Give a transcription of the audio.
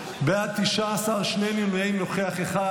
19 בעד, שני נמנעים, נוכח אחד.